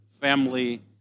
Family